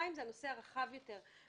הדבר השני הוא הנושא הרחב יותר.